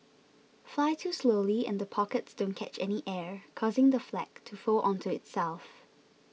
fly too slowly and the pockets don't catch any air causing the flag to fold onto itself